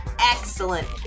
excellent